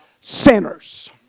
Sinners